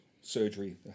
surgery